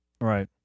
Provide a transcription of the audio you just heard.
Right